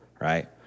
right